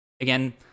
Again